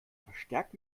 verstärkt